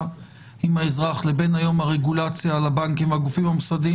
עם האזרח לבין הרגולציה על הבנקים היום עם הגופים המוסדיים,